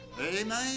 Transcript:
Amen